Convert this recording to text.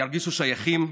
ירגישו שייכים,